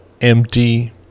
empty